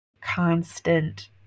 constant